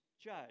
judge